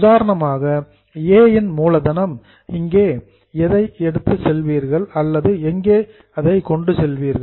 உதாரணமாக ஏ இன் மூலதனம் இதை எங்கே எடுத்துச் செல்வீர்கள்